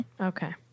okay